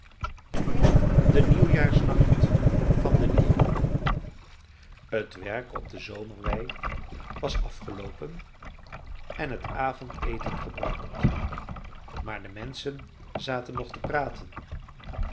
de nieuwjaarsnacht van de dieren t werk op de zomerwei was afgeloopen en t avondeten gebruikt maar de menschen zaten nog te praten